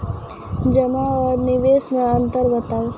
जमा आर निवेश मे अन्तर बताऊ?